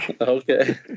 Okay